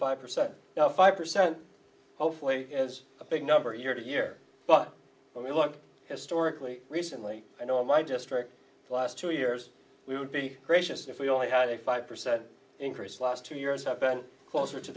five percent now five percent hopefully is a big number year to year but when you look historically recently and on my district the last two years we would be gracious if we only had a five percent increase last two years have been closer to